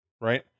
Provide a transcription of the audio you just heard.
right